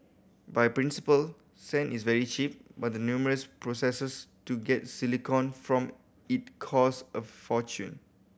by principle sand is very cheap but the numerous processes to get silicon from it cost a fortune